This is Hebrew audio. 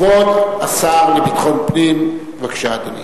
כבוד השר לביטחון פנים, בבקשה, אדוני.